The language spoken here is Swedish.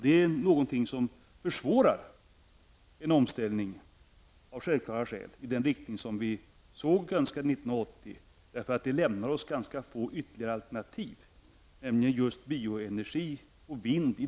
Det är någonting som av självklara skäl försvårar en omställning i den riktning som vi såg och önskade 1980, eftersom det lämnar oss ganska få ytterligare alternativ, nämligen i dagens läge bioenergi och vind.